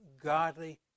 godly